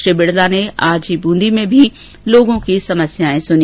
श्री बिड़ला ने आज ही ब्रंदी में भी लोगों की समस्याएं सुनी